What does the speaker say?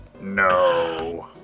No